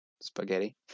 spaghetti